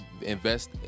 invest